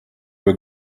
were